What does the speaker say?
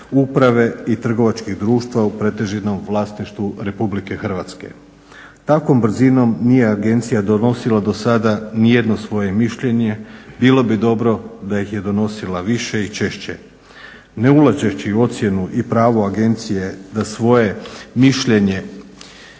uprave i trgovačkih društava u pretežitom vlasništvu Republike Hrvatske. Takvom brzinom nije agencija donosila do sada ni jedno svoje mišljenje. Bilo bi dobro da ih je donosila više i češće. Ne ulazeći u ocjenu i pravo agencije da svoje mišljenje